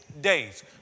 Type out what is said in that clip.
days